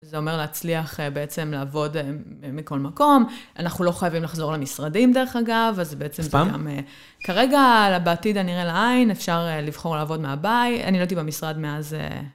זה אומר להצליח בעצם לעבוד מכל מקום, אנחנו לא חייבים לחזור למשרדים דרך אגב, אז (סתם?) בעצם גם כרגע, בעתיד אני הנראה לעין, אפשר לבחור לעבוד מהבית, אני לא הייתי במשרד מאז...